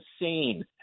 insane